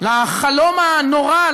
לחלום הנורא,